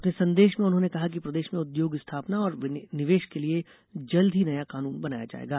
अपने संदेष में उन्होंने कहा कि प्रदेश में उद्योग स्थापना और निवेष के लिए जल्दी ही नया कानून बनाया जाएगा